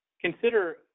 Consider